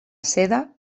seda